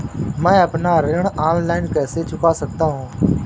मैं अपना ऋण ऑनलाइन कैसे चुका सकता हूँ?